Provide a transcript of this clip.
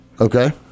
Okay